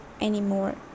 anymore